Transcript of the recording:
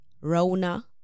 Rona